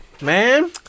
Man